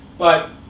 but